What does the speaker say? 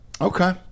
Okay